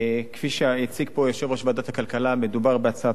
כפי שהציג פה יושב-ראש ועדת הכלכלה מדובר בהצעת